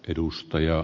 edustaja